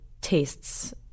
tastes